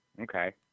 Okay